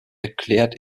erklärt